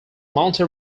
monte